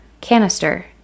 canister